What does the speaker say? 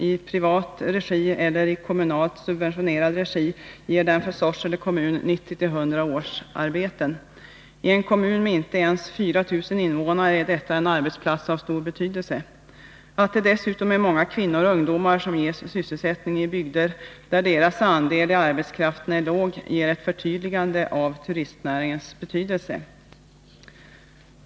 I privat regi eller i kommunalt subventionerad regi ger den för Sorsele kommun 90-100 årsarbeten. I en kommun med inte ens 4 000 invånare är detta en arbetsplats av stor betydelse. Att det dessutom är många kvinnor och ungdomar som ges sysselsättning i bygder där deras andel i arbetskraften är liten ger ett förtydligande av turistnäringens betydelse.